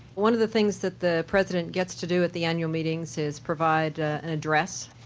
one of the things that the president gets to do at the annual meetings is provide an address,